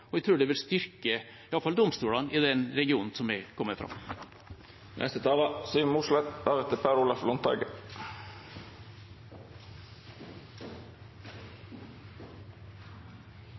og jeg tror den vil styrke domstolene, iallfall i den regionen som